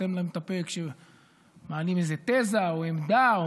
סותם להם את הפה כשמעלים איזו תזה או עמדה או